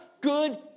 good